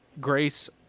Grace